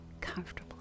comfortably